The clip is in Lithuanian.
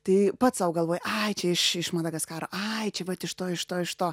tai pats sau galvoji ai čia iš iš madagaskaro ai čia vat iš to iš to iš to